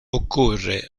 occorre